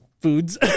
foods